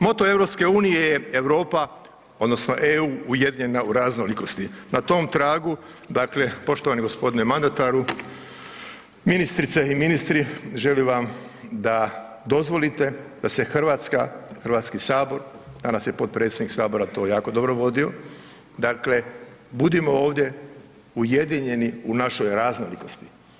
Moto EU-a je Europa, odnosno „EU-ujedinjena u raznolikosti“, na tom tragu dakle poštovani g. mandataru, ministrice i ministri, želim vam da dozvolite da se Hrvatska, Hrvatski sabor, danas je potpredsjednik Sabora to jako dobro vodio, dakle budimo ovdje ujedinjeni u našoj raznolikosti.